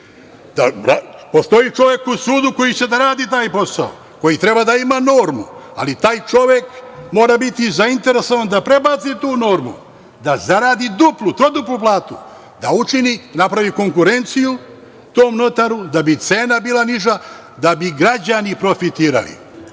postoji čovek u sudu koji će da radi taj posao, koji treba da ima normu, ali taj čovek mora biti zainteresovan da prebaci tu normu, da zaradi duplu, troduplu platu, da učini, napravi konkurenciju tom notaru da bi cena bila niža, da bi građani profitirali. Treća